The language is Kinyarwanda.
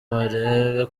barebe